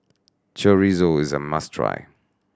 chorizo is a must try